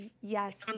yes